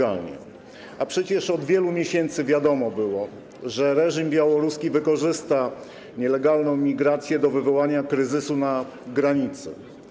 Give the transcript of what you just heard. A przecież od wielu miesięcy wiadomo było, że reżim białoruski wykorzysta nielegalną migrację do wywołania kryzysu na granicy.